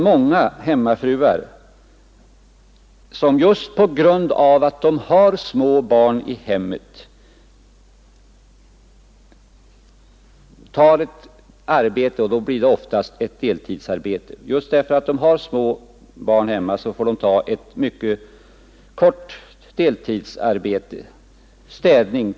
Många hemmafruar får, just därför att de har småbarn hemma, ta ett mycket begränsat deltidsarbete, t.ex. städning.